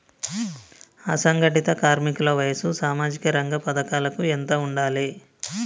అసంఘటిత కార్మికుల వయసు సామాజిక రంగ పథకాలకు ఎంత ఉండాలే?